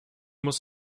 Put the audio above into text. muss